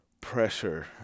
pressure